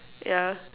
yeah